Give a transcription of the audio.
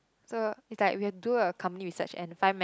so is like we have to do a company research and find man